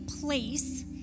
place